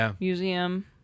Museum